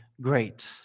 great